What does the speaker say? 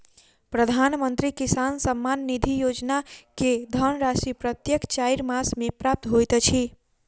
प्रधानमंत्री किसान सम्मान निधि योजना के धनराशि प्रत्येक चाइर मास मे प्राप्त होइत अछि